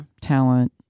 talent